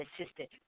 assistant